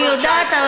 אני יודעת.